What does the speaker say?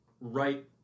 right